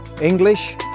English